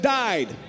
died